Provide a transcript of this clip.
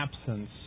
absence